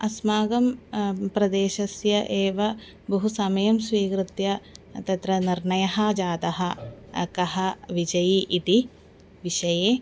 अस्माकं प्रदेशस्य एव बहु समयं स्वीकृत्य तत्र निर्णयः जातः कः विजयी इति विषये